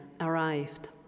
arrived